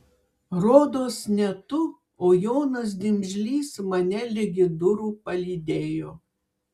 rodos ne tu o jonas dimžlys mane ligi durų palydėjo